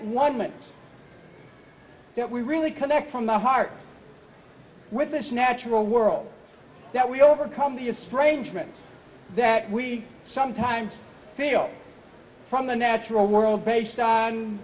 one minute that we really connect from the heart with this natural world that we overcome the a strange moment that we sometimes feel from the natural world based on